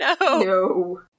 No